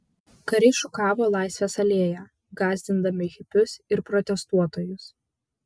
kariai šukavo laisvės alėją gąsdindami hipius ir protestuotojus